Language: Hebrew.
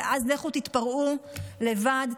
ואז לכו תתפרעו לבד,